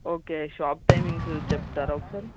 okay shop timings చెప్తారా ఒకసారి